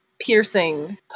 piercing